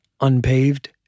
unpaved